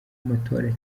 amatora